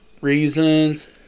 reasons